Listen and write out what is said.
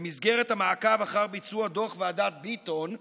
במסגרת המעקב אחר ביצוע דוח ועדת ביטון,